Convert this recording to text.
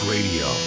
Radio